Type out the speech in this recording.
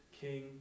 King